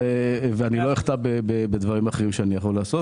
ואני לא אחטא בדברים אחרים שאני יכול לעשות.